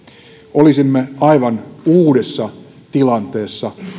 olisimme aivan uudessa tilanteessa